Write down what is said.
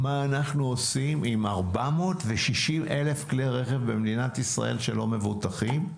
מה אנו עושים עם 460,000 כלי רכב במדינת ישראל שלא מבוטחים?